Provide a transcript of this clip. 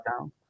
down